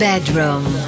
Bedroom